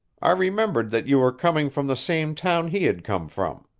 i remembered that you were coming from the same town he had come from.